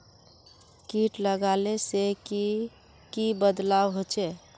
किट लगाले से की की बदलाव होचए?